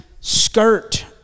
skirt